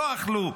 לא אכלו.